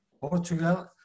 portugal